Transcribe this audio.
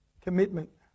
commitment